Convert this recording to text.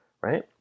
Right